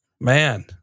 man